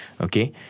Okay